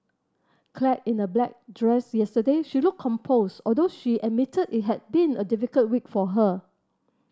clad in a black dress yesterday she looked composed although she admitted it had been a difficult week for her